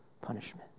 punishment